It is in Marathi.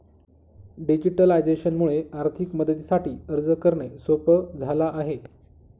डिजिटलायझेशन मुळे आर्थिक मदतीसाठी अर्ज करणे सोप झाला आहे